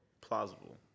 plausible